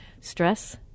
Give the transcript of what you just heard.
stress